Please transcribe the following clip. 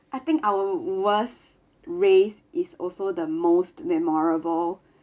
I think our worst race is also the most memorable